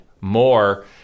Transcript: more